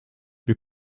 wir